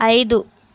ఐదు